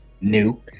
new